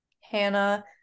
hannah